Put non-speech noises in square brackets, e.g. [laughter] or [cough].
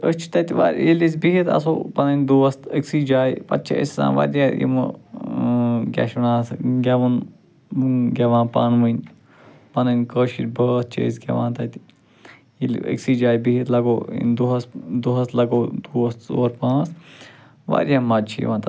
أسۍ چھِ تَتہِ واریاہ ییٚلہِ أسۍ بِہتھ آسو پنٕنۍ دوس تہٕ أکۍسٕے جایہِ پتہٕ چھِ أسۍ آسان واریاہ یِمو کیٛاہ چھُ ونان اَتھ گٮ۪وُن گٮ۪وان پانہٕ ؤنۍ پنٕنۍ کٲشِرۍ بٲتھ چھِ أسۍ گٮ۪وان تَتہِ ییٚلہِ أکۍسٕے جایہِ بِہتھ لگو دۄہَس دۄہَس لگو دوس ژور پانٛژھ واریاہ مزٕ چھِ یِوان [unintelligible]